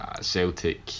Celtic